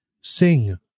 Sing